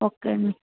okay అండి